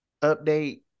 update